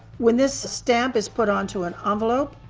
when this stamp is put onto an envelope,